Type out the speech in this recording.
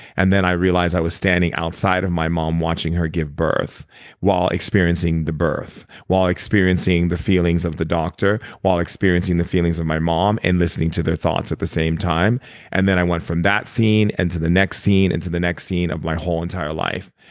and then, i realize i was standing outside of my mom watching her give birth while experiencing the birth, while experiencing the feelings of the doctor, while experiencing the feelings of my mom and listening to their thoughts at the same time and then, i went from that scene and into the next scene, into the next scene of my whole entire life.